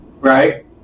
right